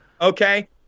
Okay